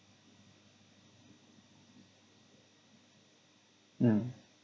mm